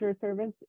service